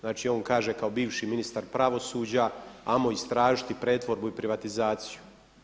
Znači on kaže kao bivši ministar pravosuđa hajmo istražiti pretvorbu i privatizaciju.